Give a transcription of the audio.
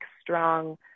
strong